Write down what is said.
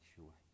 sure